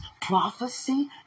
prophecy